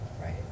right